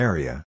Area